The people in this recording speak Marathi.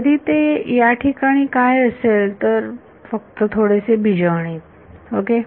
तरी ते याठिकाणी काय असेल तर फक्त थोडेसे बीजगणित ओके